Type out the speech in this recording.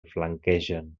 flanquegen